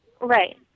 Right